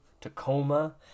Tacoma